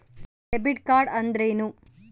Debit card ಅಂದ್ರೇನು?